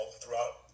throughout